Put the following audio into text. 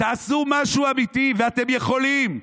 תעשו משהו אמתי, ואתם יכולים.